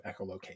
echolocate